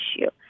issue